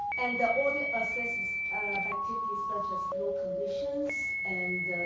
and the order assesses activity such as road conditions and